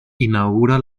inaugura